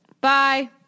Bye